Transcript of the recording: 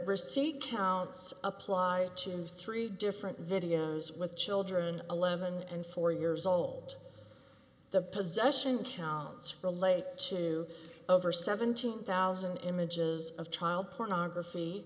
receipt counts apply to three different videos with children eleven and four years old the possession counts relate to over seventeen thousand images of child pornography